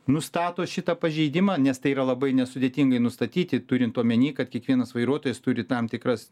nustato šitą pažeidimą nes tai yra labai nesudėtingai nustatyti turint omeny kad kiekvienas vairuotojas turi tam tikras